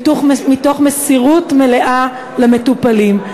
מתוך מסירות מלאה למטופלים.